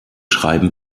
schreiben